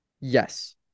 Yes